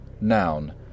noun